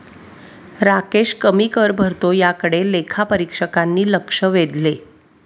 राकेश कमी कर भरतो याकडे लेखापरीक्षकांनी लक्ष वेधले